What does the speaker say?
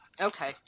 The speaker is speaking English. Okay